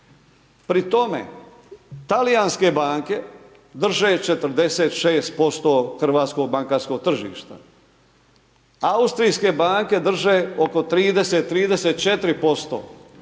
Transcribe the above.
Pri tome talijanske banke drže 46% hrvatskog bankarskog tržišta. Austrijske banke drže oko 30, 34%